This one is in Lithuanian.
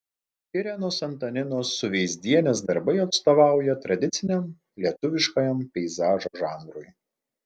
irenos antaninos suveizdienės darbai atstovauja tradiciniam lietuviškajam peizažo žanrui